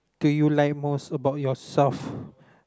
do you like most about your self